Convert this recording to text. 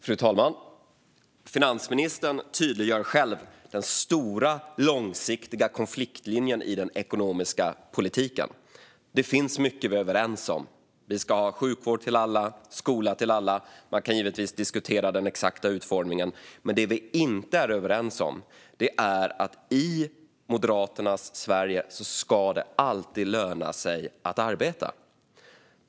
Fru talman! Finansministern tydliggör själv den stora och långsiktiga konfliktlinjen i den ekonomiska politiken. Det finns mycket som vi är överens om. Vi ska ha sjukvård till alla och skola till alla. Man kan givetvis diskutera den exakta utformningen. Men det som vi inte är överens om är att i Moderaternas Sverige ska det alltid löna sig att arbeta.